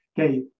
okay